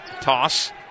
Toss